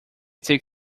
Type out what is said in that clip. take